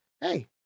hey